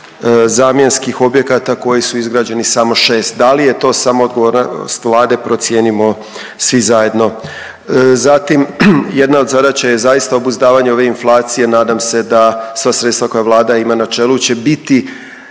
zamjenskih objekata koji su izgrađeni samo 6. Da li je to samo odgovornost Vlade procijenimo svi zajedno. Zatim jedna od zadaća je zaista obuzdavanje ove inflacije. Nadam se da sva sredstva koja Vlada ima u načelu će biti